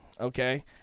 Okay